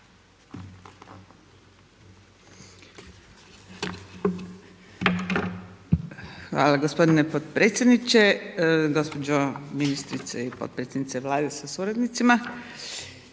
Hvala gospodine potpredsjedniče. Gospođo ministrice i potpredsjednice Vlade sa suradnicima.